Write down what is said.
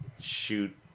shoot